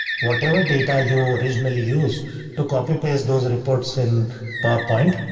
whatever data you originally used to copy, paste those reports in powerpoint.